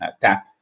tap